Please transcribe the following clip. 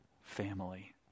family